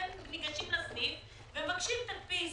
הם ניגשים לסניף ומבקשים תדפיס.